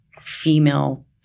female